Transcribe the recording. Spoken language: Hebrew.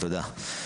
תודה.